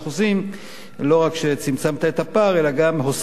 לא רק צמצמת את הפער אלא גם הוספת.